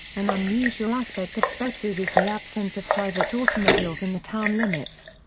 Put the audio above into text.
an unusual aspect of spetses is the absence of private automobiles in the town limits.